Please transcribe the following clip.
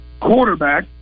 quarterback –